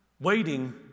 Waiting